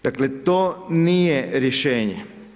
Dakle to nije rješenje.